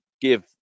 give